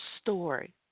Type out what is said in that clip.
story